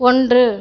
ஒன்று